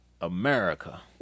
America